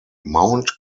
mount